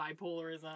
bipolarism